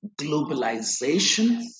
globalization